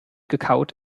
gekaut